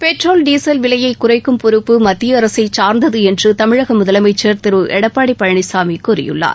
petrol diesel விலையை குறைக்கும் பொறுப்பு மத்திய அரசை சாா்ந்தது என்று முதலமைச்சா் திரு எடப்பாடி பழனிசாமி கூறியுள்ளார்